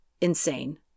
insane